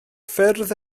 ffyrdd